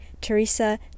Teresa